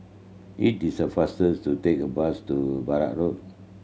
it is a faster to take the bus to Road